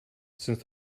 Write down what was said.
since